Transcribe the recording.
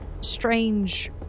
strange